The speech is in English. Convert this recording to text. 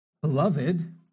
Beloved